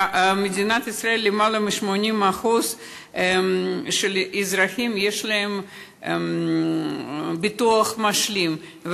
במדינת ישראל ללמעלה מ-80% מהאזרחים יש ביטוח משלים,